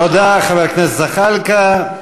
תודה, חבר הכנסת זחאלקה.